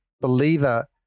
believer